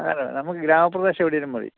അത് തന്നെ നമുക്ക് ഗ്രാമപ്രദേശം എവിടേലും മതി